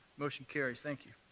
motion carries. thank you.